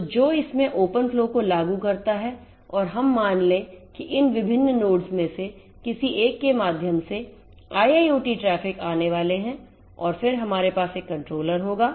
तो जो इसमें open flow को लागू करता है और हम मानलेंकिइन विभिन्न नोड्स में से किसी एक के माध्यम से IIoT ट्रैफ़िक आने वाले हैं और फिर हमारे पास एक controller होगा